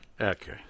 Okay